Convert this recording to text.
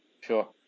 Sure